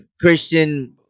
Christian